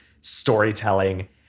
storytelling